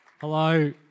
Hello